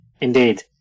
Indeed